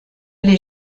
l’ai